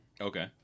okay